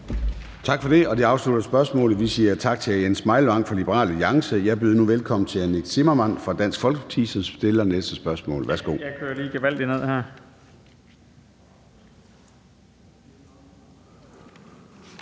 Tak for det. Det afslutter spørgsmålet. Vi siger tak til hr. Jens Meilvang fra Liberal Alliance. Jeg byder nu velkommen til hr. Nick Zimmermann fra Dansk Folkeparti, som stiller næste spørgsmål til